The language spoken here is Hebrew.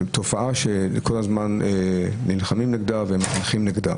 תופעה קיצונית שנלחמים נגדה.